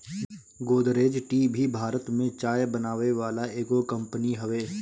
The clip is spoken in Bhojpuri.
गोदरेज टी भी भारत में चाय बनावे वाला एगो कंपनी हवे